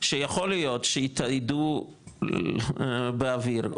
שיכול להיות שיתאיידו באוויר,